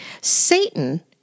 Satan